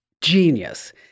genius